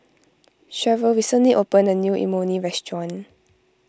Sharyl recently opened a new Imoni Restaurant